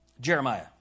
Jeremiah